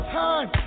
time